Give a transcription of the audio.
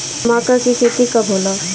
माका के खेती कब होला?